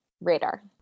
radar